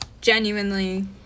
Genuinely